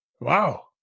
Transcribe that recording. Wow